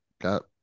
Got